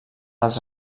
els